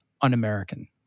un-American